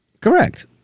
Correct